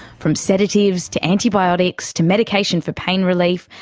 from sedatives to antibiotics to medication for pain relief,